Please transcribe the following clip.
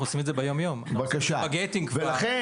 אנחנו עושים את זה ביום-יום --- אם מישהו